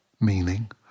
meaning